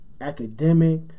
Academic